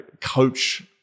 coach